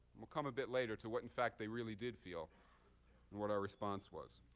we'll come a bit later to what, in fact, they really did feel and what our response was.